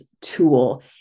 tool